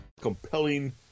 Compelling